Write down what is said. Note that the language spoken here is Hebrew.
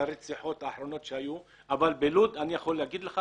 לרציחות האחרונות שהיו אבל בלוד אני יכול להגיד לך